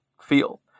feel